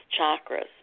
chakras